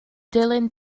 dilyn